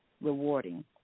rewarding